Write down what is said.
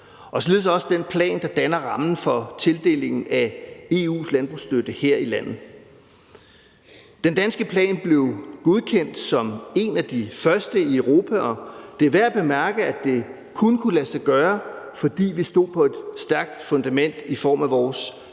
er således også den plan, der danner rammen for tildelingen af EU's landbrugsstøtte her i landet. Den danske plan blev godkendt som en af de første i Europa, og det er værd at bemærke, at det kun kunne lade sig gøre, fordi vi stod på et stærkt fundament i form af vores